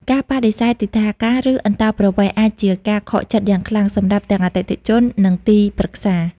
ការបដិសេធទិដ្ឋាការ ឬអន្តោប្រវេសន៍អាចជាការខកចិត្តយ៉ាងខ្លាំងសម្រាប់ទាំងអតិថិជន និងទីប្រឹក្សា។